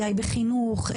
AI בחינוך,